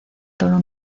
toro